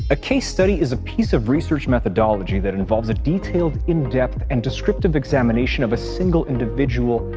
a case study is a piece of research methodology that involves a detailed, in-depth, and descriptive examination of a single individual,